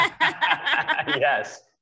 yes